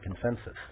consensus